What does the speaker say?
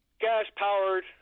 gas-powered